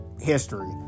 history